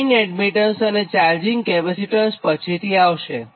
line admittance અને charging capacitance પછીથી આવશે